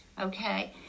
okay